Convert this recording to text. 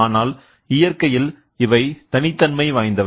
ஆனால் இயற்கையில் இவை தனித்தன்மை வாய்ந்தவை